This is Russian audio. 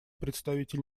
представитель